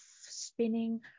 spinning